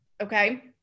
Okay